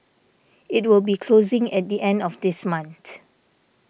it will be closing at the end of this month